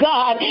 God